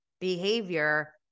behavior